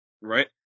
right